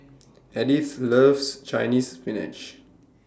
Edythe loves Chinese Spinach